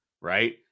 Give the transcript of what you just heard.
Right